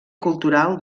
cultural